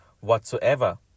whatsoever